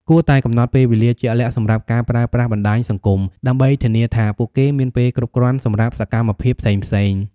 គួរតែកំណត់ពេលវេលាជាក់លាក់សម្រាប់ការប្រើប្រាស់បណ្តាញសង្គមដើម្បីធានាថាពួកគេមានពេលគ្រប់គ្រាន់សម្រាប់សកម្មភាពផ្សេងៗ។